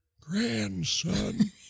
Grandson